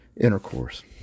Intercourse